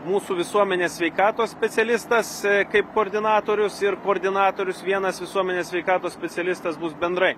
mūsų visuomenės sveikatos specialistas kaip koordinatorius ir koordinatorius vienas visuomenės sveikatos specialistas bus bendrai